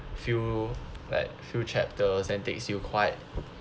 feel like few chapters and takes you quite